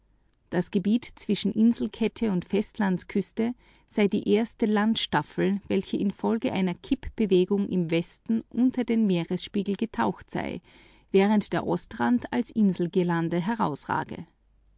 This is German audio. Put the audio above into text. das gebiet zwischen inselkette und festlandsküste sei die erste landstaffel welche infolge einer kippbewegung im westen unter den meeresspiegel getaucht sei während der ostrand als inselgirlande